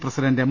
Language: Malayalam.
president M